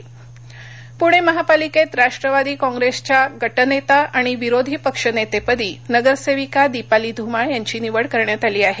ग जिता पुणे महापालिकेत राष्ट्रवादी काँग्रेसच्या गटनेता आणि विरोधी पक्षनेतेपदी नगरसेविका दीपाली धुमाळ यांची निवड करण्यात आली आहे